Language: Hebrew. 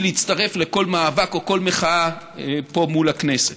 להצטרף לכל מאבק או כל מחאה פה מול הכנסת.